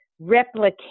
replicate